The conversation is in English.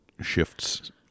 shifts